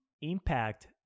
impact